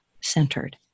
centered